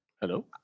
Hello